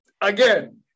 Again